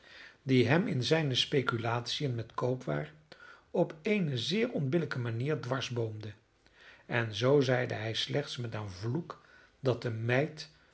die hem in zijne speculatiën met koopwaren op eene zeer onbillijke manier dwarsboomde en zoo zeide hij slechts met een vloek dat de